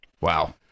Wow